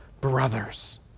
brothers